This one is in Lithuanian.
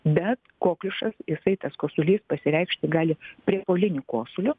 bet kokliušas jisai tas kosulys pasireikšti gali priepuoliniu kosuliu